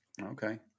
Okay